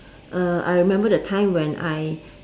I remember the time when I